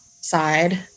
side